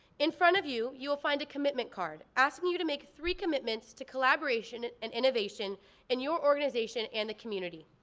in front of you, you will find a commitment card, asking you to make three commitments to collaboration and innovation in your organization and the community.